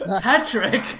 Patrick